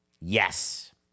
Yes